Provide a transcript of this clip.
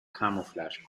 camouflage